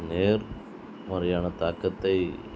நேர்மறையான தாக்கத்தை